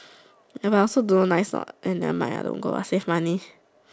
ya lah I also don't know nice or not nevermind don't go lah save money